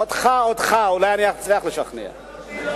לשכנע אותי.